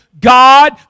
God